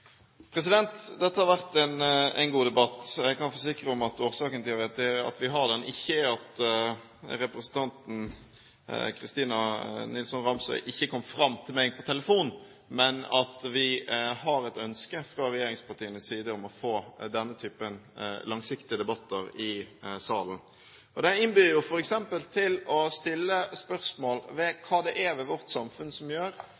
at representanten Christina Nilsson Ramsøy ikke kom fram til meg på telefonen, men at det er et ønske fra regjeringspartienes side om å få denne typen langsiktige debatter i salen. Det innbyr jo f.eks. til å stille spørsmål ved hva det er ved vårt samfunn som gjør